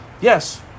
Yes